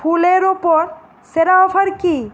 ফুলের ওপর সেরা অফার কী